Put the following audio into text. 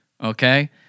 okay